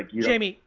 jamie,